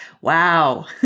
Wow